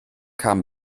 kam